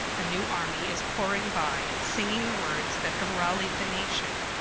a new army is pouring by, singing the words that have rallied the nation.